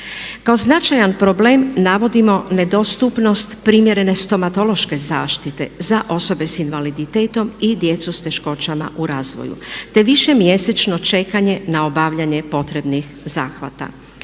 Kao značajan problem navodimo nedostupnost primjerene stomatološke zaštite za osobe sa invaliditetom i djecu s teškoćama u razvoju, te višemjesečno čekanje na obavljanje potrebnih zahvata